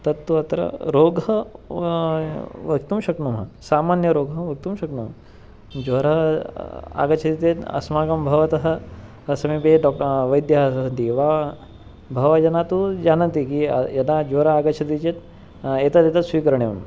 तत्तु अत्र रोगः वक्तुं शक्नुमः सामान्यरोगः वक्तुं शक्नुमः ज्वरः आगच्छति चेत् अस्माकं भवतः समीपे डाक्ट् वैद्यः सन्ति वा बहवः जनाः तु जानन्ति किं यदा ज्वरः आगच्छति चेत् एतत् एतत् स्वीकरणीयम्